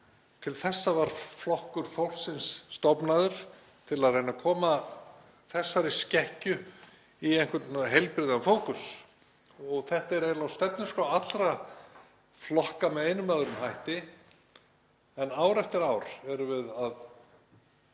Til þessa var Flokkur fólksins stofnaður, til að reyna að koma þessari skekkju í einhvern heilbrigðan fókus. Þetta er eiginlega á stefnuskrá allra flokka með einum eða öðrum hætti. En ár eftir ár erum við að